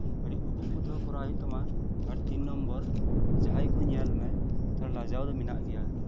ᱟᱹᱰᱤ ᱩᱠᱩ ᱩᱠᱩ ᱛᱮᱦᱚᱸ ᱠᱚᱨᱟᱣ ᱦᱩᱭᱩᱜ ᱛᱟᱢᱟ ᱟᱨ ᱛᱤᱱ ᱱᱚᱢᱵᱚᱨ ᱡᱟᱸᱦᱟᱭ ᱠᱚ ᱧᱮᱞ ᱢᱮ ᱞᱟᱡᱟᱣ ᱫᱚ ᱢᱮᱱᱟᱜ ᱜᱮᱭᱟ